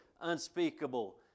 unspeakable